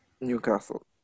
Newcastle